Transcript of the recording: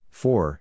four